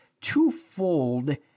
twofold